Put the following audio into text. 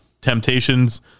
temptations